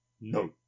no